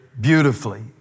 beautifully